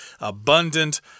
abundant